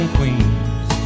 Queens